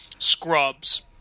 scrubs